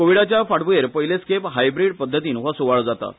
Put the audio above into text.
कोविडाच्या फांटभूयेर पयलेच खेप हायब्रिड पध्दतीन हो स्वाळो जाता